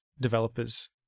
developers